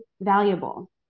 valuable